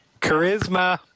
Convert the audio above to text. Charisma